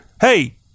hey